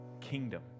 kingdom